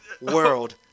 world